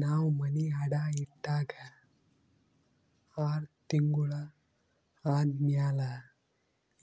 ನಾವ್ ಮನಿ ಅಡಾ ಇಟ್ಟಾಗ ಆರ್ ತಿಂಗುಳ ಆದಮ್ಯಾಲ